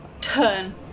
turn